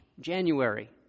January